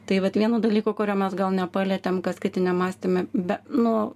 tai vat vieno dalyko kurio mes gal nepalietėm kas kritiniam mąstyme be nu